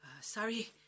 Sorry